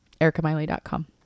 ericamiley.com